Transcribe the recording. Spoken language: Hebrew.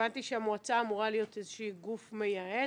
הבנתי שהמועצה אמורה להיות איזשהו גוף מייעץ.